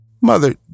Mother